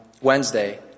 Wednesday